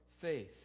faith